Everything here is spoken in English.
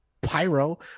Pyro